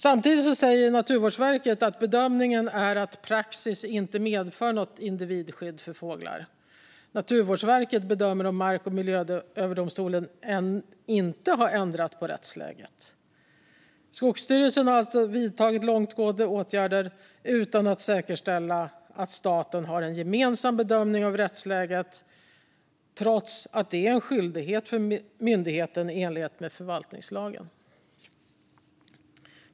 Samtidigt säger Naturvårdsverket att bedömningen är att praxis inte medför något individskydd för fåglar. Naturvårdsverket bedömer att Mark och miljööverdomstolen ännu inte har ändrat på rättsläget. Skogsstyrelsen har alltså vidtagit långtgående åtgärder utan att säkerställa att staten har en gemensam bedömning av rättsläget, trots att detta är en skyldighet för myndigheten i enlighet med förvaltningslagen.